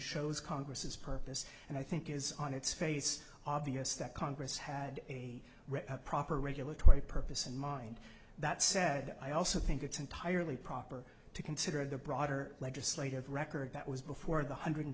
shows congress purpose and i think it is on its face obvious that congress had a proper regulatory purpose in mind that said i also think it's entirely proper to consider the broader legislative record that was before the hundred